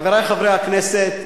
חברי חברי הכנסת,